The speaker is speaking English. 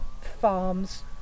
farms